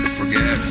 forget